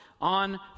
on